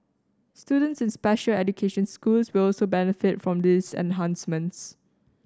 students in special education schools will also benefit from these enhancements